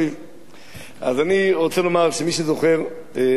אז אני רוצה לומר שמי שזוכר, אדוני, דניאל,